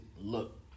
look